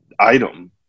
item